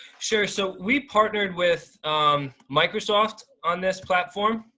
sure, so we partnered with um microsoft on this platform.